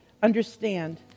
understand